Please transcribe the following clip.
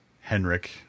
Henrik